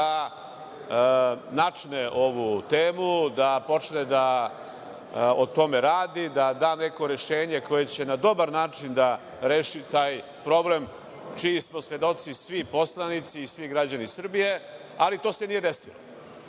da načne ovu temu, da počne da o tome radi, da da neko rešenje koje će na dobar način da reši taj problem, čiji smo svedoci svi poslanici i svi građani Srbije, ali to se nije desilo.